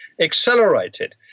accelerated